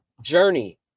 journey